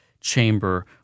Chamber